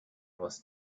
was